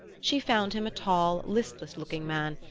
she found him a tall listless-looking man,